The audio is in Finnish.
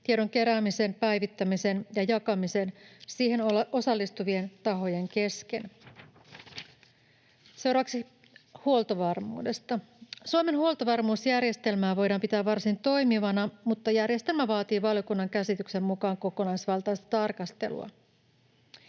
tiedon keräämisen, päivittämisen ja jakamisen siihen osallistuvien tahojen kesken. Seuraavaksi huoltovarmuudesta: Suomen huoltovarmuusjärjestelmää voidaan pitää varsin toimivana, mutta järjestelmä vaatii valiokunnan käsityksen mukaan kokonaisvaltaista tarkastelua.